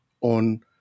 on